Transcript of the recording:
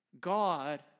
god